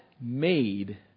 made